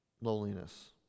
loneliness